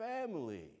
family